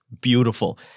beautiful